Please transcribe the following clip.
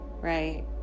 Right